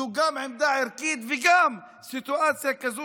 זאת גם עמדה ערכית וגם סיטואציה כזאת